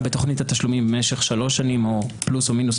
בתוכנית התשלומים משך שלוש שנים פלוס מינוס,